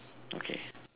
okay